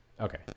Okay